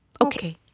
Okay